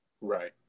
Right